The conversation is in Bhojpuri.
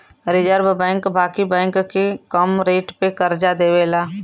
रिज़र्व बैंक बाकी बैंक के कम रेट पे करजा देवेला